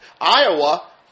Iowa